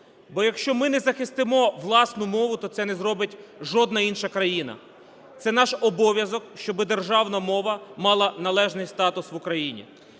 бо якщо ми не захистимо власну мову, то це не зробить жодна інша країна. Це наш обов'язок, щоби державна мова мала належний статус в Україні.